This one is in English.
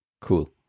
Cool